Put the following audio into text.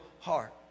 heart